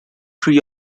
tree